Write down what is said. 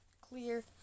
clear